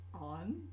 on